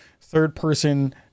third-person